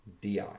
DI